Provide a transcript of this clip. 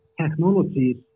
technologies